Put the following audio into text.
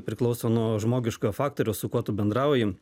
priklauso nuo žmogiškojo faktoriaus su kuo tu bendrauji